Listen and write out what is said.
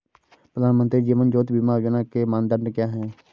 प्रधानमंत्री जीवन ज्योति बीमा योजना के मानदंड क्या हैं?